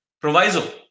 proviso